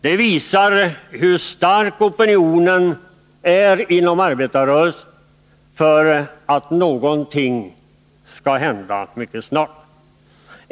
Det visar hur stark opinionen är inom arbetarrörelsen för att någonting skall hända mycket snart.